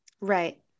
right